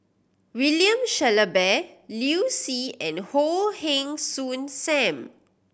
William Shellabear Liu Si and Goh Heng Soon Sam